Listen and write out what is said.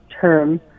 term